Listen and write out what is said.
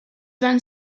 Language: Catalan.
van